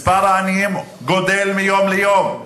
מספר העניים גדל מיום ליום.